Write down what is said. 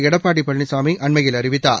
எடப்பாடிபழனிசாமிஅண்மையில் அறிவித்தார்